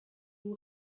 vous